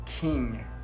King